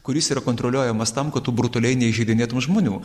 kuris yra kontroliuojamas tam kad tu brutaliai neįžeidinėtum žmonių